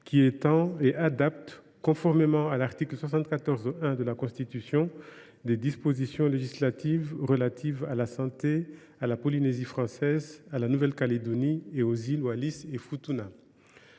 qui étend en les adaptant, conformément à l’article 74 1 de la Constitution, des dispositions législatives relatives à la santé à la Polynésie française, à la Nouvelle Calédonie et aux îles Wallis et Futuna.